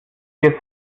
ihr